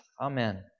Amen